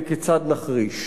וכיצד נחריש".